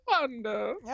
wonder